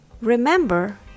Remember